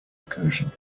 recursion